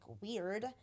weird